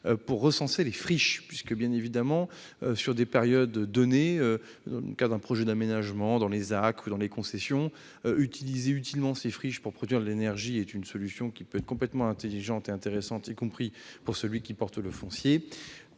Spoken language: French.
pour recenser les friches, puisque, bien évidemment, sur des périodes données, dans le cadre d'un projet d'aménagement, dans les ZAC ou dans les concessions, utiliser ces friches pour produire de l'énergie est une solution qui peut être intelligente et intéressante, y compris pour celui qui possède le foncier.